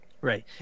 Right